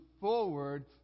forward